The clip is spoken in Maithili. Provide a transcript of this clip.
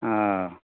हँ